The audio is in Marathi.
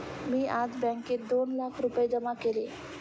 मी आज बँकेत दोन लाख रुपये जमा केले